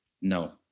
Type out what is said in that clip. No